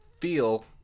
feel